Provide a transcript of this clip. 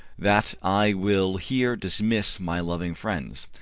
that i will here dismiss my loving friends,